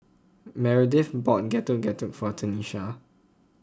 Meredith bought Getuk Getuk for Tenisha